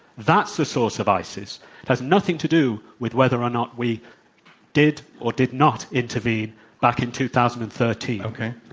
that's the source of isis. it has nothing to do with whether or not we did or did not intervene back in two thousand and thirteen. okay,